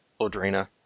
Audrina